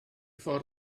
ffordd